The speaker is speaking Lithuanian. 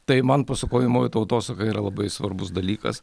tai man pasakojamoji tautosaka yra labai svarbus dalykas